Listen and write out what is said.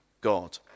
God